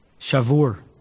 shavur